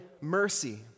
mercy